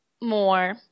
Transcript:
more